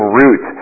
root